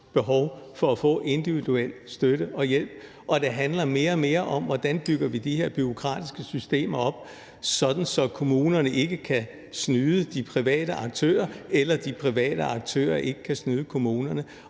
behov for at få individuel støtte og hjælp, og mere og mere om, hvordan vi bygger de her bureaukratiske systemer op, så kommunerne ikke kan snyde de private aktører, eller at de private aktører ikke kan snyde kommunerne.